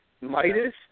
Midas